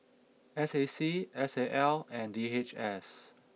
S A C S A L and D H S